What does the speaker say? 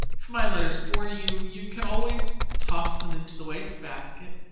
if my letters bore you, you can always toss them into the wastebasket.